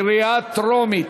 קריאה טרומית.